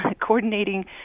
coordinating